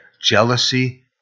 jealousy